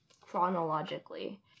chronologically